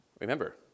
Remember